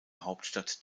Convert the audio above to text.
hauptstadt